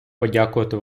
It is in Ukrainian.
подякувати